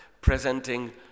presenting